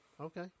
Okay